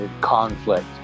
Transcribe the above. conflict